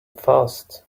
fast